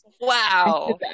Wow